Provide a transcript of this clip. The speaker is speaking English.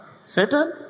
Satan